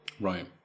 Right